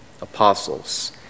apostles